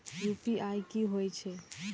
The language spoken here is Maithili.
यू.पी.आई की होई छै?